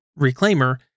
reclaimer